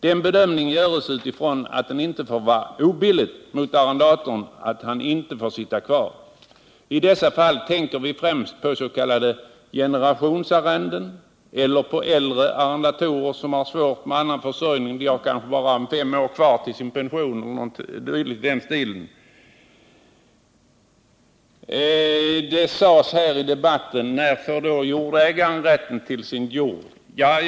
Den bedömningen görs utifrån att det inte får vara ”obilligt” mot arrendatorn att han inte får sitta kvar. Vi tänker då främst på s.k. generationsarrenden eller på äldre arrendatorer som har svårt med annan försörjning, de kanske har fem år kvar till pensionen etc. Det frågades i debatten: När får då jordägaren rätten till sitt jordbruk?